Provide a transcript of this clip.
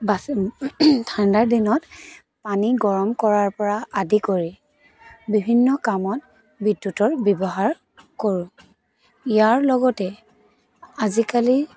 বাচোন ঠাণ্ডাৰ দিনত পানী গৰম কৰাৰ পৰা আদি কৰি বিভিন্ন কামত বিদ্য়ুতৰ ব্যৱহাৰ কৰোঁ ইয়াৰ লগতে আজিকালি